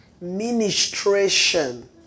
ministration